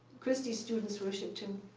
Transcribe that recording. christy's students worshipped him.